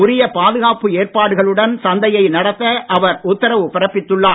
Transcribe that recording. உரிய பாதுகாப்பு ஏற்பாடுகளுடன் சந்தையை நடத்த அவர் உத்தரவு பிறப்பித்துள்ளார்